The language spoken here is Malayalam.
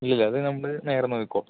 ഇല്ലില്ല അത് നമ്മൾ നേരെ നോക്കിക്കോള്ളാം